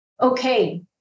okay